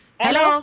Hello